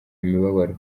imibabaro